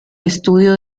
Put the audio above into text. estudio